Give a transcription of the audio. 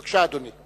בבקשה, אדוני.